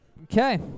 Okay